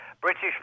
British